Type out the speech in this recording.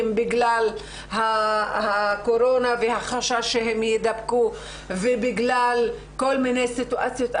בגלל הקורונה והחשש שהם ידבקו ובגלל כל מיני סיטואציות אחרות.